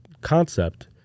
concept